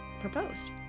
proposed